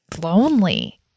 lonely